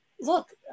look